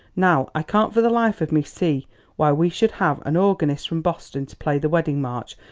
now i can't for the life of me see why we should have an organist from boston to play the wedding march,